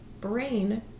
brain